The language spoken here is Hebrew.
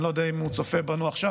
אני לא יודע אם צופה בנו עכשיו